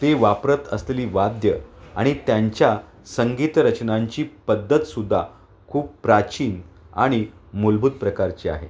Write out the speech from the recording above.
ते वापरत असलेली वाद्यं आणि त्यांच्या संगीतरचनांची पद्धतसुद्धा खूप प्राचीन आणि मूलभूत प्रकारची आहे